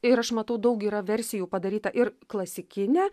ir aš matau daug yra versijų padaryta ir klasikinė